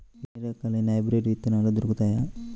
ఎన్ని రకాలయిన హైబ్రిడ్ విత్తనాలు దొరుకుతాయి?